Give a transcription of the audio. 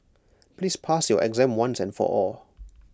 please pass your exam once and for all